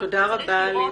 תודה רבה עליזה.